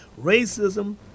racism